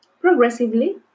progressively